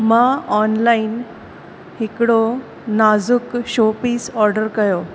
मां ऑनलाइन हिकिड़ो नाज़ुक शो पीस ऑर्डर कयो